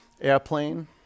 Airplane